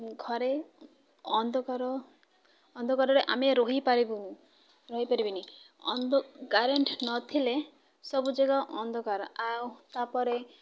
ଘରେ ଅନ୍ଧକାର ଅନ୍ଧକାରରେ ଆମେ ରହିପାରିବୁନୁ ରହିପାରିବିନି ଅଧ କରେଣ୍ଟ ନଥିଲେ ସବୁ ଜାଗା ଅନ୍ଧକାର ଆଉ ତାପରେ